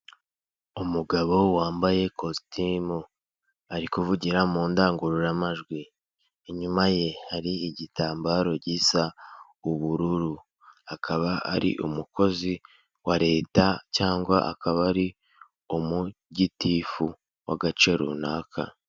Umugabo wambaye kositimu ari kuvugira mu ndangururamajwi, inyuma ye hari igitambaro gisa ubururu, akaba ari umukozi wa leta cyangwa akaba ari umugitifu w'agace runaka.